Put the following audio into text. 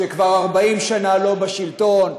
שכבר 40 שנה לא בשלטון.